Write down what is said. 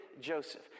Joseph